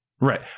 Right